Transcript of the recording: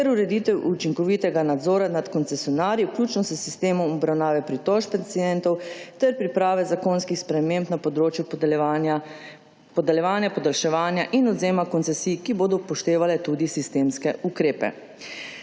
ter ureditev učinkovitega nadzora nad koncesionarji vključno s sistemom obravnave pritožb pacientov ter priprave zakonskih sprememb na področju podeljevanja, podaljševanja in odvzema koncesij, ki bodo upoštevale tudi sistemske ukrepe.